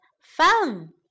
fun